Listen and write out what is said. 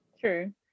True